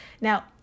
Now